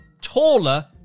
taller